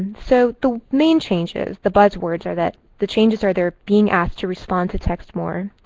so, the main changes, the buzz words, are that the changes are, they're being asked to respond to text more.